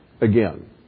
again